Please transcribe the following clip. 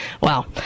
wow